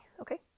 okay